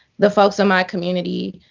the folks in my community,